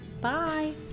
Bye